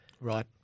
Right